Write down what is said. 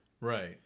Right